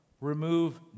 remove